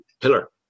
pillar